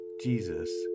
Jesus